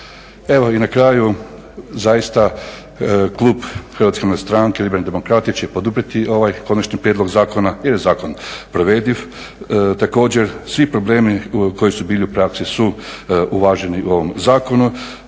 Evo i na kraju zaista klub HNS-a će poduprijeti ovaj konačni prijedlog zakona jer je zakon provediv. Također, svi problemi koji su bili u praksi su uvaženi u ovom zakonu.